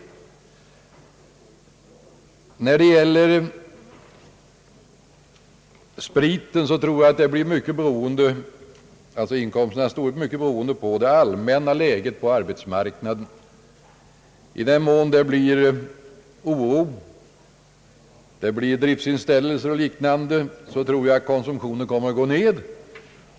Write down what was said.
Beträffande spriten tror jag att inkomsternas storlek blir mycket beroende av det allmänna läget på arbetsmarknaden. I den mån det blir oro, driftinställelser och liknande företeelser tror jag att konsumtionen kommer att gå ned.